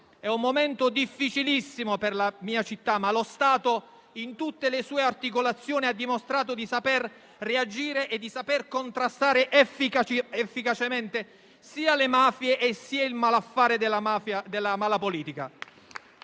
è un momento difficilissimo per la mia città, ma lo Stato in tutte le sue articolazioni ha dimostrato di saper reagire e di saper contrastare efficacemente sia le mafie sia il malaffare della mala politica.